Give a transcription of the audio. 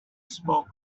spoke